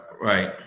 Right